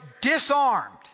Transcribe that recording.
disarmed